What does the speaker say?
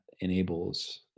enables